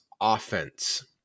offense